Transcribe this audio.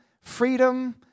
freedom